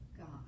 God